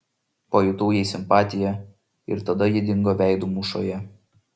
pajutau jai simpatiją ir tada ji dingo veidų mūšoje